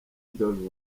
dove